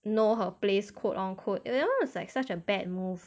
know her place quote on quote you know it's like such a bad move